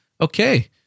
Okay